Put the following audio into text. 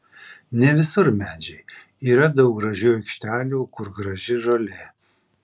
ne visur medžiai yra daug gražių aikštelių kur graži žolė